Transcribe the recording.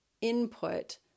input